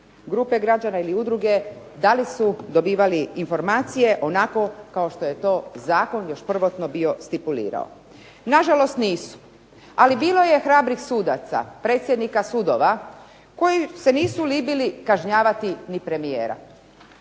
grupe građana ili udruge da li su dobivali informacije onako kao što je to zakon još prvotno bio stipulirao. Nažalost, nisu. Ali bilo je hrabrih sudaca, predsjednika sudova koji se nisu libili kažnjavati ni premijera.